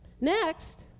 next